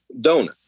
donut